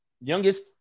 Youngest